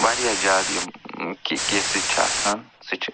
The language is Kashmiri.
وارِیاہ زیادٕ یِم کے کیٚسِز چھِ آسان سُہ چھِ